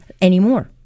anymore